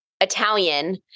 Italian